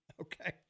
okay